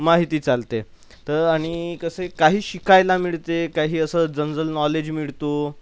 माहिती चालते तर आणि कसं आहे काही शिकायला मिळते काही असं जनरल नॉलेज मिळतो